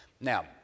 Now